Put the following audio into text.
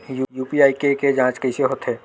UPI के के जांच कइसे होथे?